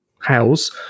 house